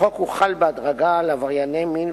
החוק הוחל בהדרגה על עברייני מין,